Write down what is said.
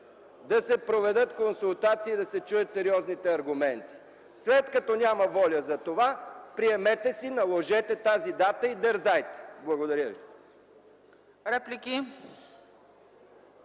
да се проведат консултации и да се чуят сериозните аргументи. След като няма воля за това, приемете си, наложете тази дата и дерзайте! Благодаря.